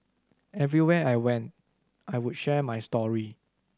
everywhere I went I would share my story